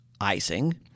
icing